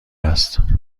است